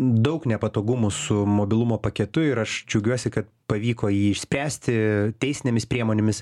daug nepatogumų su mobilumo paketu ir aš džiaugiuosi kad pavyko jį išspręsti teisinėmis priemonėmis